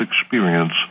experience